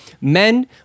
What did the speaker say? men